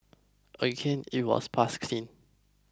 again it was passed clean